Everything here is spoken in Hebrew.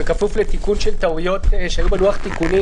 בכפוף לתיקון של טעויות שהיו בלוח התיקונים.